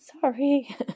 Sorry